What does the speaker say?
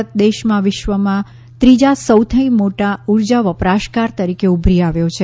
ભારત દેશ વિશ્વમાં ત્રીજા સૌથી મોટા ઉર્જા વપરાશકાર તરીકે ઉભરી આવ્યો છે